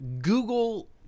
Google